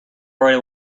right